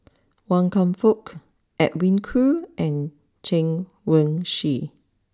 Wan Kam Fook Edwin Koo and Chen Wen Hsi